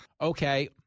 Okay